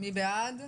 מי בעד?